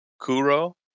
Kuro